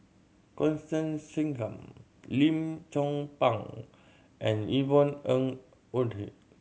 Constance Singam Lim Chong Pang and Yvonne Ng Uhde